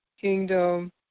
kingdom